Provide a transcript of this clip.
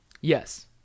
yes